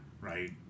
right